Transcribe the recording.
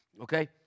Okay